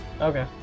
Okay